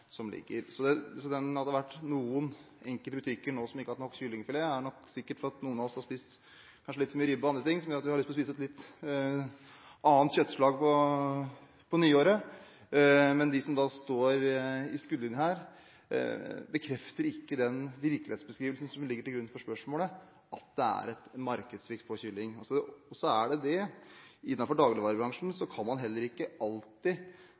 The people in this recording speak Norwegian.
som foreligger. Så det at det har vært enkelte butikker som ikke har hatt nok kyllingfilet, er sikkert fordi noen av oss har spist så mye ribbe og annet at vi kanskje har lyst til å spise et annet kjøttslag på nyåret. Men de som står i skuddlinjen her, bekrefter ikke den virkelighetsbeskrivelsen som ligger til grunn for spørsmålet, nemlig at det er en svikt på kylling. Så er det slik i dagligvarebransjen at man heller ikke alltid